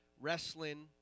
wrestling